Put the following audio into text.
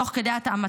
תוך כדי התאמתן,